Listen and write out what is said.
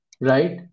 right